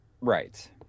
right